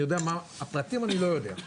את הפרטים אני לא יודע,